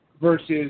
versus